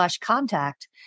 contact